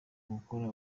gukora